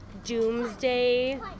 doomsday